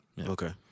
Okay